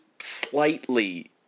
slightly